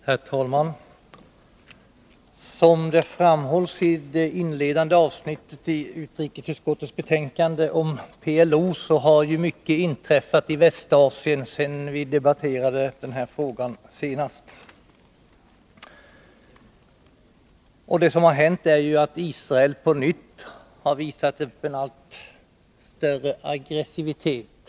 Herr talman! Som det framhålls i det inledande avsnittet i utrikesutskottets betänkande om PLO har mycket inträffat i Västasien sedan vi senast debatterade denna fråga. Det som har hänt är att Israel på nytt har visat upp en allt större aggressivitet.